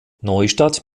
neustadt